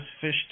fish